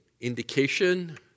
indication